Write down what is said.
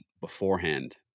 beforehand